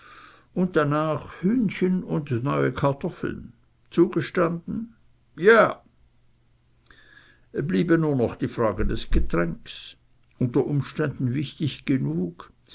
und danach hühnchen und neue kartoffeln zugestanden ja bliebe nur noch die frage des getränks unter umständen wichtig genug